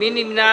מי נמנע?